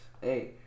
hey